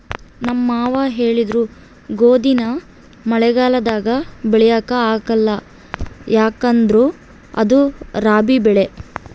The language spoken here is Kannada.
ನಮ್ ಮಾವ ಹೇಳಿದ್ರು ಗೋದಿನ ಮಳೆಗಾಲದಾಗ ಬೆಳ್ಯಾಕ ಆಗ್ಕಲ್ಲ ಯದುಕಂದ್ರ ಅದು ರಾಬಿ ಬೆಳೆ